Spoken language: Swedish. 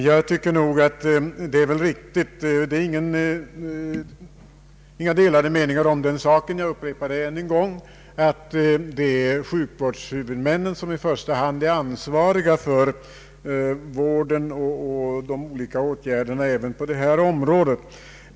Jag tycker nog att det är riktigt — det råder inga delade meningar därom, och jag upprepar det ännu en gång — att det är sjukvårdshuvudmännen som i första hand är ansvariga för vården och de olika åtgärderna på detta område.